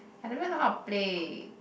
I don't even know how to play